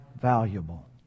valuable